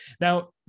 Now